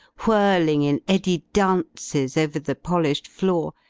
whirling in eddied dances over the polished floor,